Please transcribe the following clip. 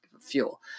fuel